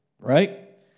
Right